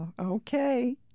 Okay